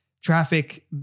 traffic